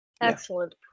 Excellent